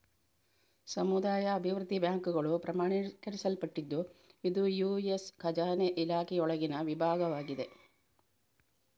ಸಮುದಾಯ ಅಭಿವೃದ್ಧಿ ಬ್ಯಾಂಕುಗಳು ಪ್ರಮಾಣೀಕರಿಸಲ್ಪಟ್ಟಿದ್ದು ಇದು ಯು.ಎಸ್ ಖಜಾನೆ ಇಲಾಖೆಯೊಳಗಿನ ವಿಭಾಗವಾಗಿದೆ